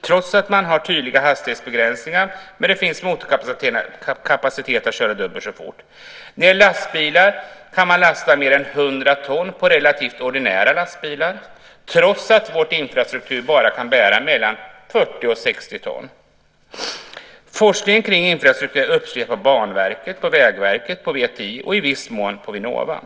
trots att man har tydliga hastighetsbegränsningar. Det finns motorkapacitet att köra dubbelt så fort. Man kan lasta mer än 100 ton på relativt ordinära lastbilar, trots att vår infrastruktur bara kan bära mellan 40 och 60 ton. Forskningen kring infrastrukturen sker på Banverket, på Vägverket, på VTI och i viss mån på Vinnova.